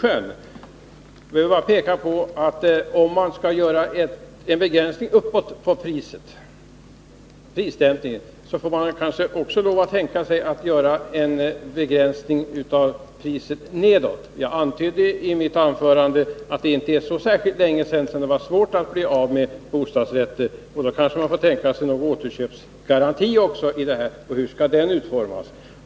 Jag vill bara peka på att om man skall göra en begränsning uppåt när det gäller prissättningen, får man kanske också lov att tänka sig en begränsning av priset nedåt. Jag antydde i mitt anförande att det inte är så särskilt länge sedan som det var svårt att bli av med bostadsrätter. Därför får man kanske tänka sig någon form av återköpsgaranti. Hur skall i så fall den utformas?